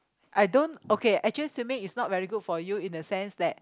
I don't okay actually swimming is not very good for you in the sense that